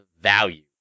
value